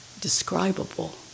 describable